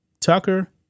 Tucker